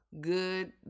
good